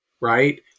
right